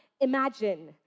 imagine